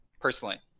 personally